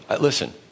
Listen